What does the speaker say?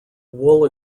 wool